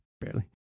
Barely